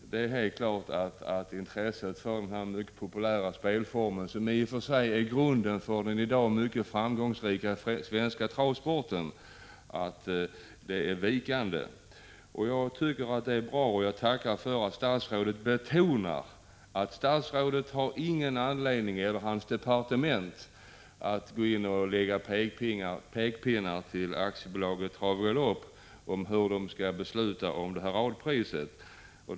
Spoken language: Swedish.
Det är helt klart att intresset för denna mycket populära spelform, som för övrigt är grunden för den i dag mycket framgångsrika svenska travsporten, är vikande. Jag tycker det är bra och tackar för att statsrådet betonar att statsrådet och hans departement inte har någon anledning att gå in med pekpinnar till Aktiebolaget Trav och Galopp om hur man skall besluta om radpriset.